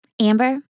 Amber